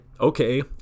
okay